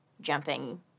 jumping